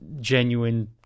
genuine